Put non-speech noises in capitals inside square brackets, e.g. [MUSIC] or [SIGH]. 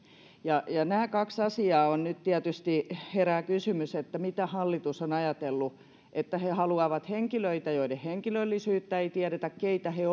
nämä kaksi asiaa ovat nyt tietysti herää kysymys mitä hallitus on ajatellut he haluavat töihin henkilöitä joiden henkilöllisyyttä ei tiedetä ei tiedetä keitä he [UNINTELLIGIBLE]